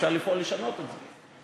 אפשר לפעול לשנות את זה,